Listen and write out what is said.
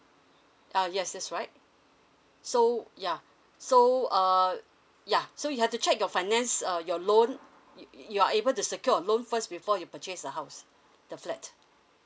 ah yes that's right so yeah so err yeah so you have to check your finance uh your loan you you are able to secure a loan first before you purchase a house the flat